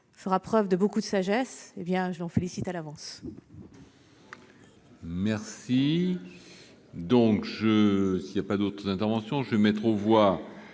fera preuve de beaucoup de sagesse, et je l'en félicite à l'avance